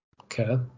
Okay